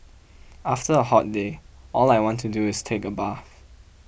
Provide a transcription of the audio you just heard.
after a hot day all I want to do is take a bath